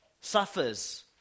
suffers